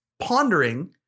pondering